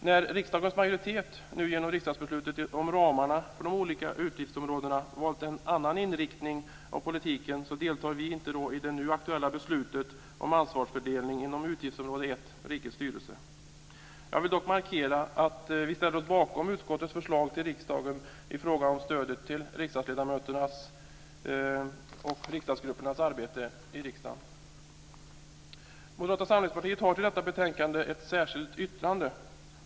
När riksdagens majoritet nu genom riksdagsbeslut om ramarna för de olika utgiftsområdena valt en annan inriktning av politiken deltar vi inte i det nu aktuella beslutet om ansvarsfördelning inom utgiftsområde 1 Rikets styrelse. Jag vill dock markera att vi ställer oss bakom utskottets förslag till riksdagen i fråga om stödet till riksdagsledamöternas och riksdagsgruppernas arbete i riksdagen. Moderata samlingspartiet har till detta betänkande fogat ett särskilt yttrande.